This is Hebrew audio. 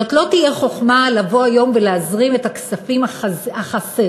זו לא תהיה חוכמה לבוא היום ולהזרים את הכספים החסרים,